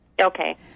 okay